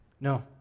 No